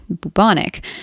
bubonic